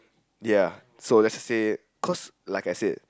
ya so let's say cause like I said